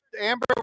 amber